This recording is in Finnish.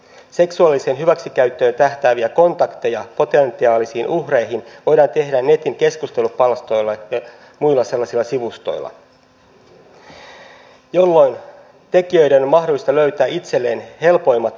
seksuaaliseen hyväksikäyttöön tähtääviä kontakteja potentiaalisiin uhreihin voidaan tehdä netin keskustelupalstoilla ja muilla sellaisilla sivustoilla jolloin tekijöiden on mahdollista löytää itselleen helpoimmat uhrit